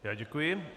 Já děkuji.